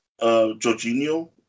Jorginho